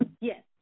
Yes